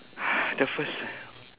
the first